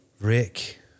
Rick